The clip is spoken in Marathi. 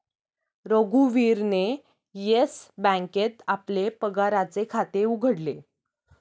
रघुवीरने येस बँकेत आपले पगाराचे खाते उघडले